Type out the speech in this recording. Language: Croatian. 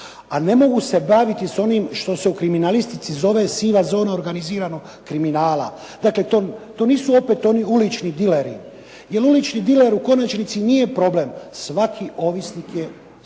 A ne mogu se baviti sa onim što se u kriminalistici zove siva zona organiziranog kriminala. Dakle, to nisu opet oni ulični dileri. Jer ulični diler u konačnici nije problem. Svaki ovisnik je